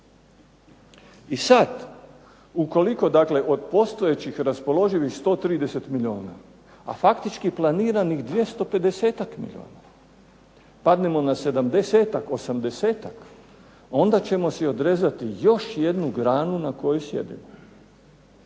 I sada ukoliko od postojećih raspoloživih 130 milijuna, a faktički planiranih 250 milijuna, padnemo na 70-ak, 80-ak, onda ćemo si odrezati još jednu granu na kojoj sjedimo.